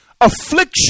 Affliction